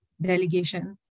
delegation